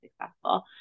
successful